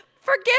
forgive